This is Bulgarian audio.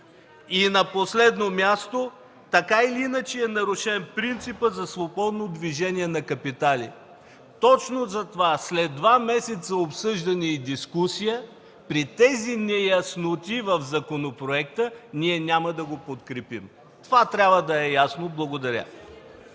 И на последно място – така или иначе, е нарушен принципът за свободно движение на капитали. Точно затова след два месеца обсъждане и дискусия при тези неясноти в законопроекта ние няма да го подкрепим! Това трябва да е ясно. Благодаря.